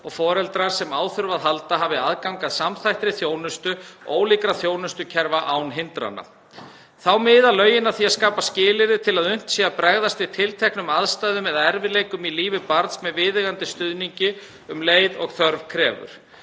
og foreldrar, sem á þurfa að halda, hafi aðgang að samþættri þjónustu ólíkra þjónustukerfa án hindrana. Þá miða lögin að því að skapa skilyrði til að unnt sé að bregðast við tilteknum aðstæðum eða erfiðleikum í lífi barns með viðeigandi stuðningi um leið og þörf krefur.